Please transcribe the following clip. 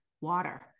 water